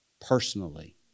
personally